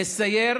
לסייר